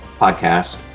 podcast